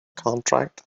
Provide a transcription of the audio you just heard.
contract